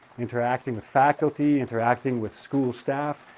interacting with faculty, interacting with school staff,